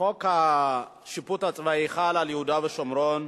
חוק השיפוט הצבאי חל על יהודה ושומרון,